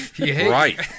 Right